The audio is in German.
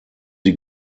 sie